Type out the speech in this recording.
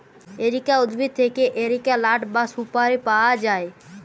areca উদ্ভিদ থেক্যে areca লাট বা সুপারি পায়া যায়